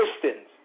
Christians